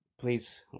please